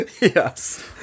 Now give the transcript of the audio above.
yes